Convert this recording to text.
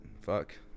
fuck